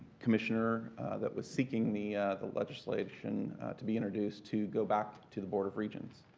commissioner that was seeking the the legislation to be introduced to go back to the board of regents.